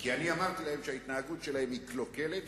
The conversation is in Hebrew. כי אני אמרתי להם שההתנהגות שלהם היא קלוקלת,